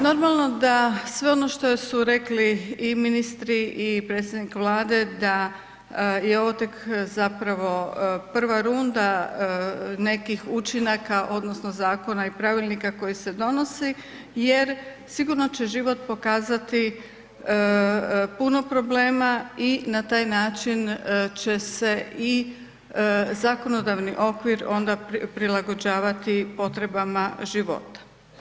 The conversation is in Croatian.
Normalo da sve ono što su rekli i ministri i predsjednik Vlade da je ovo tek zapravo prva runda nekih učinaka odnosno zakona i pravilnika koji se donosi jer sigurno će život pokazati puno problema i na taj način će se i zakonodavni okvir onda prilagođavati potrebama života.